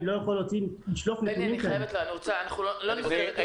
אני נלחמת יחד